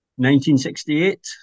1968